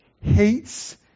hates